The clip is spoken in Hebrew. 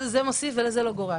וזה אירוע מאוד גדול וחשוב.